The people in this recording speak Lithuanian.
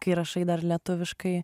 kai rašai dar lietuviškai